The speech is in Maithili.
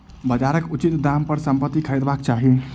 बजारक उचित दाम पर संपत्ति के खरीदबाक चाही